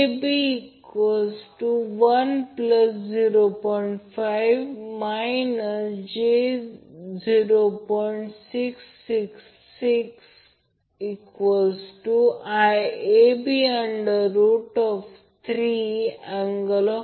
परंतु Ib ला Ia 120° ने लॅग करतो पण आपल्याला माहित आहे की Ib 120° ने लॅग करतो फक्त Ib Ia 120o भरा ते येथे ठेवा आणि सोपे करा जर सरलीकृत केले तर Ia Vp√ 3 अँगल 30°Zy मिळेल